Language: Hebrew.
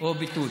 או ביטול.